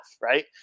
right